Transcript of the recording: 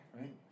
right